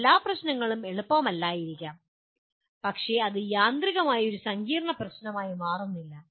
എല്ലാ പ്രശ്നങ്ങളും എളുപ്പമല്ലായിരിക്കാം പക്ഷേ ഇത് യാന്ത്രികമായി ഒരു സങ്കീർണ്ണ പ്രശ്നമായി മാറുന്നില്ല